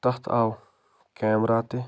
تتھ آو کیمرا تہِ